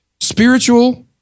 spiritual